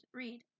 read